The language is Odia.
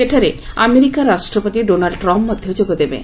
ସେଠାରେ ଆମେରିକା ରାଷ୍ଟ୍ରପତି ଡୋନାଲ୍ ଟ୍ରମ୍ପ ମଧ୍ୟ ଯୋଗଦେବେ